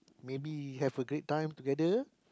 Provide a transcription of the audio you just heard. maybe have a great time together